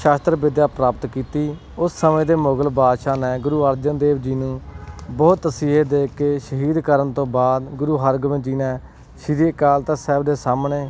ਸ਼ਸਤਰ ਵਿੱਦਿਆ ਪ੍ਰਾਪਤ ਕੀਤੀ ਉਸ ਸਮੇਂ ਦੇ ਮੁਗਲ ਬਾਦਸ਼ਾਹ ਨੇ ਗੁਰੂ ਅਰਜਨ ਦੇਵ ਜੀ ਨੂੰ ਬਹੁਤ ਤਸੀਹੇ ਦੇ ਕੇ ਸ਼ਹੀਦ ਕਰਨ ਤੋਂ ਬਾਅਦ ਗੁਰੂ ਹਰਗੋਬਿੰਦ ਜੀ ਨੇ ਸ੍ਰੀ ਅਕਾਲ ਤਖਤ ਸਾਹਿਬ ਦੇ ਸਾਹਮਣੇ